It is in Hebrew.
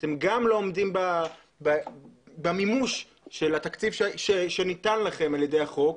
אתם גם לא עומדים במימוש התקציב שניתן לכם על פי החוק,